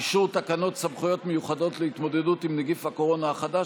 אישור תקנות מיוחדות להתמודדות עם נגיף הקורונה החדש